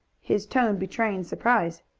his tone betraying surprise.